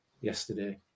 yesterday